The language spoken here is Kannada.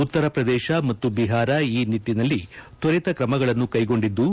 ಉತ್ತರ ಪ್ರದೇಶ ಮತ್ತು ಬಿಹಾರ ಈ ನಿಟ್ಟನಲ್ಲಿ ತ್ವರಿತ ಕ್ರಮಗಳನ್ನು ಕೈಗೊಂಡಿದ್ದು